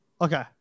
Okay